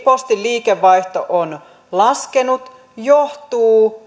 postin liikevaihto on laskenut johtuu